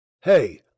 Hey